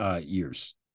years